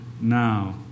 now